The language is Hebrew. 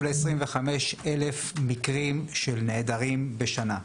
לעשרים וחמש אלף מקרים של נעדרים בשנה.